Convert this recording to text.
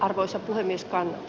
arvoisa puhemies paavo